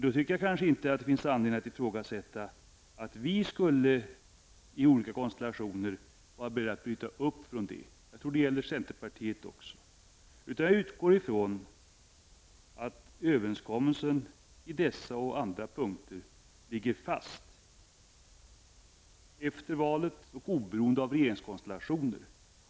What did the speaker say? Då tycker jag inte det finns anledning att ifrågasätta att vi skulle i olika konstellationer vara beredda att bryta upp från denna överenskommelse. Jag tror att detta gäller även centerpartiet. Jag utgår ifrån att överenskommelsen i denna fråga och på andra punkter ligger fast efter valet oberoende av regeringskonstellationen.